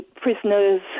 prisoners